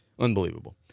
Unbelievable